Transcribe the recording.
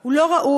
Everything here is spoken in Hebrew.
הוא לא ראוי,